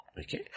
Okay